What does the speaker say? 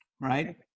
Right